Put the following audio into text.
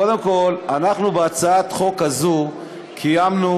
קודם כול, אנחנו בהצעת החוק הזאת קיימנו,